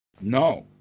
no